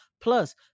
plus